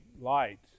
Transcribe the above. light